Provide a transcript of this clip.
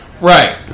Right